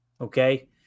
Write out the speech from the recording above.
okay